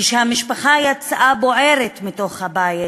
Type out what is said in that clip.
כשהמשפחה יצאה בוערת מתוך הבית